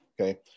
okay